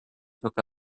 took